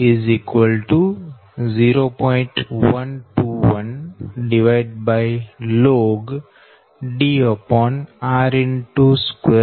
121log D r 1D24h2 અહી r 0